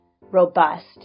robust